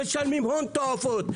משלמים הון תועפות.